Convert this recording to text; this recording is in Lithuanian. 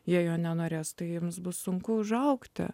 jie jo nenorės tai jiems bus sunku užaugti